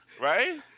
right